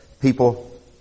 people